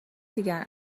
دیگر